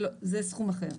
זה סכום אחר.